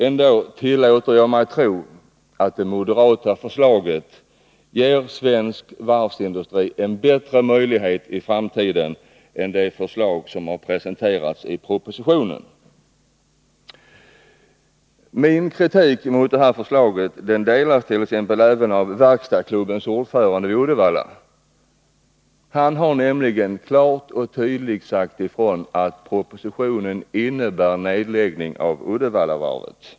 Ändå tillåter jag mig att tro att det moderata förslaget ger svensk varvsindustri en bättre möjlighet i framtiden än det förslag som har presenterats i propositionen. Min kritik mot propositionens nedskärningsförslag delas även av t.ex. verkstadsklubbens ordförande vid Uddevallavarvet. Han har nämligen kiart och tydligt sagt att propositionen innebär nedläggning av Uddevallavarvet.